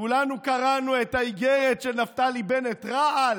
כולנו קראנו את האיגרת של נפתלי בנט, רעל,